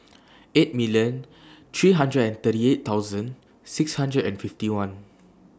eight million three hundred and thirty eight thousand six hundred and fifty one